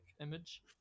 image